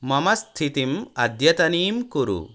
मम स्थितिम् अद्यतनीं कुरु